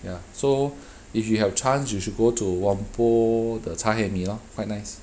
ya so if you have chance you should go to whampoa 的 cha hei mee lor quite nice